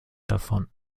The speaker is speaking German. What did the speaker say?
davon